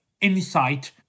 insight